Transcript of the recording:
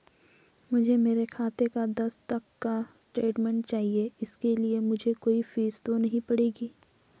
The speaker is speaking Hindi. मुझे मेरे खाते का दस तक का स्टेटमेंट चाहिए इसके लिए मुझे कोई फीस तो नहीं पड़ेगी?